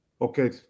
Okay